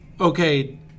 Okay